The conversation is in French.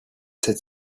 cette